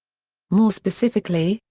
more specifically,